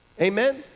Amen